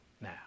now